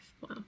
Wow